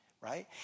right